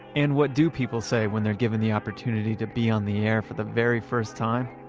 and what do people say when they're given the opportunity to be on the air for the very first time?